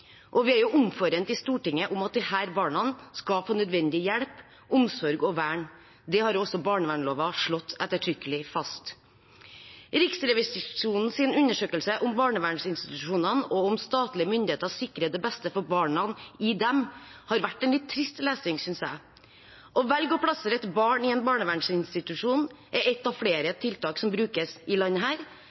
Vi er omforent i Stortinget om at disse barna skal få nødvendig hjelp, omsorg og vern. Det har også barnevernsloven slått ettertrykkelig fast. Riksrevisjonens undersøkelse av barnevernsinstitusjonene og om statlige myndigheter sikrer det beste for barna i dem har vært en litt trist lesning, synes jeg. Å velge å plassere et barn i en barnevernsinstitusjon er et av flere tiltak som brukes i